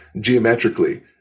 geometrically